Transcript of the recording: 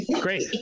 great